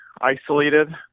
isolated